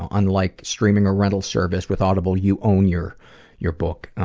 um unlike streaming or renting service, with audible, you own your your book.